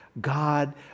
God